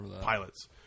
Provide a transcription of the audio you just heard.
pilots